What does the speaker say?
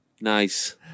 Nice